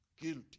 Guilty